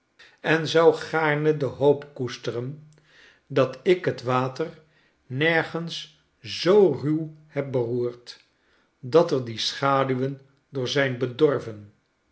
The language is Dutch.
en zou gaarne de hoop koesteren dat ik het water nergens zoo ruw heb geroerd dat er die schaduwen door zijn bedorven